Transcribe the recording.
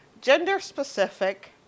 gender-specific